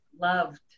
loved